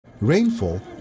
Rainfall